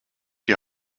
die